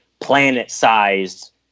planet-sized